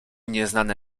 nieznane